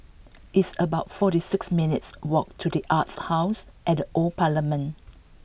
It's about forty six minutes' walk to The Arts House at Old Parliament